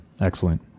Excellent